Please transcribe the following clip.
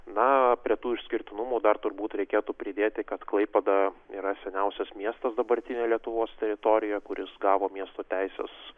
na prie tų išskirtinumų dar turbūt reikėtų pridėti kad klaipėda yra seniausias miestas dabartinėje lietuvos teritorijoje kuris gavo miesto teises